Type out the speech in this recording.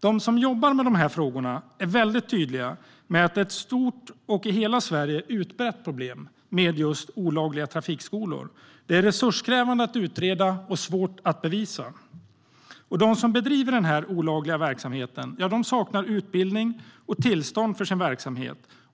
De som jobbar med dessa frågor är väldigt tydliga med att det är ett stort och i hela Sverige utbrett problem med just olagliga trafikskolor. Det är ett brott som är resurskrävande att utreda och svårt att bevisa. De som bedriver denna olagliga verksamhet saknar utbildning och tillstånd.